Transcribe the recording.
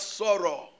sorrow